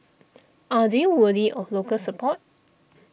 are they worthy of local support